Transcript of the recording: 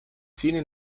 cine